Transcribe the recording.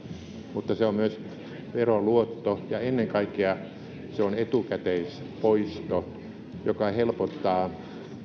mutta se on myös veroluotto ja ennen kaikkea se on etukäteispoisto joka helpottaa